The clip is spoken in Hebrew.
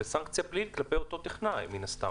וסנקציה פלילית כלפי אותו טכנאי מן הסתם.